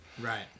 Right